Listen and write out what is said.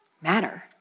matter